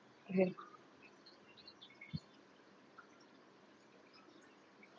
okay